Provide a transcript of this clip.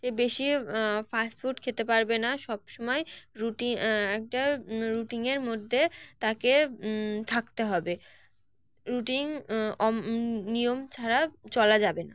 যে বেশি fast food খেতে পারবে না সব সমময় রুটিন একটা রুটিনের মধ্যে তাকে থাকতে হবে রুটিন নিয়ম ছাড়া চলা যাবে না